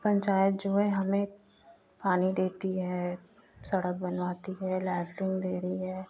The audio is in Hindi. पंचायत जो है हमें पानी देती है सड़क बनवाती है लैटरिन दे रही है